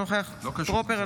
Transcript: אינו נוכח חילי טרופר,